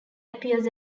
appears